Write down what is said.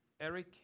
Eric